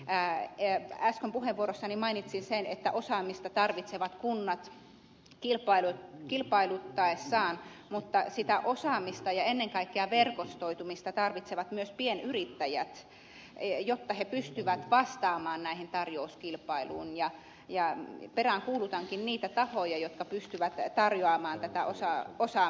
äsken puheenvuorossani mainitsin sen että osaamista tarvitsevat kunnat kilpailuttaessaan mutta sitä osaamista ja ennen kaikkea verkostoitumista tarvitsevat myös pienyrittäjät jotta he pystyvät vastaamaan näihin tarjouskilpailuihin ja peräänkuulutankin niitä tahoja jotka pystyvät tarjoamaan tätä osaamista